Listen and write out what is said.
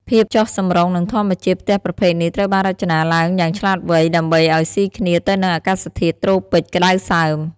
ភាពចុះសម្រុងនឹងធម្មជាតិ ផ្ទះប្រភេទនេះត្រូវបានរចនាឡើងយ៉ាងឆ្លាតវៃដើម្បីឲ្យស៊ីគ្នាទៅនឹងអាកាសធាតុត្រូពិចក្តៅសើម ។